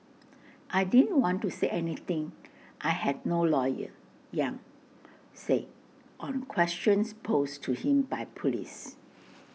I didn't want to say anything I had no lawyer yang said on questions posed to him by Police